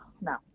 no